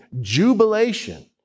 jubilation